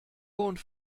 und